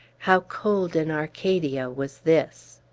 how cold an arcadia was this!